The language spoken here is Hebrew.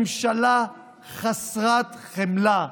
ממשלה חסרות חמלה,